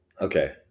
Okay